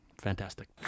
Fantastic